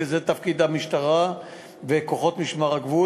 וזה תפקיד המשטרה וכוחות משמר הגבול,